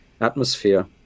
atmosphere